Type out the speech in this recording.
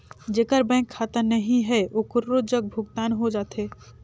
जेकर बैंक खाता नहीं है ओकरो जग भुगतान हो जाथे?